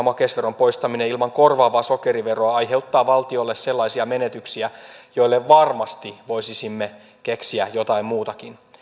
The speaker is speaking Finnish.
makeisveron poistaminen ilman korvaavaa sokeriveroa aiheuttaa valtiolle sellaisia menetyksiä joille varmasti voisimme keksiä jotain muutakin